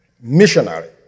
missionary